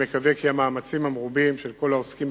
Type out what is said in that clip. אני מקווה כי המאמצים המרובים של כל העוסקים